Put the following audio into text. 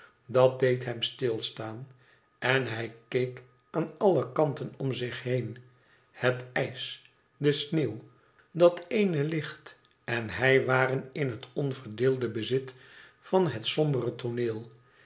dat deed hem stilstaan en hij keek aan alle kanten om zich heen het ijs de sneeuw dat ééne licht en hij waren in het onverdeelde bezit van het sombere tooneel